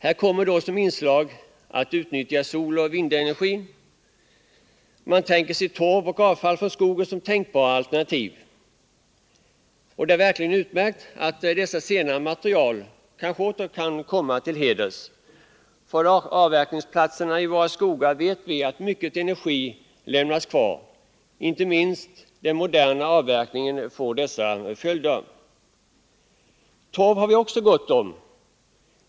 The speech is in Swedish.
Här kommer man då att som inslag utnyttja soloch vindenergin, och man tänker sig även torv och avfall från skogen som alternativ. Det är verkligen utmärkt att dessa senare material kanske åter kan komma till heders. Från avverkningsplatserna i våra skogar vet vi att mycket ”energi” lämnas kvar. Inte minst den moderna avverkningen får dessa följder. Torv har vi också gott om.